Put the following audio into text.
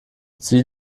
sie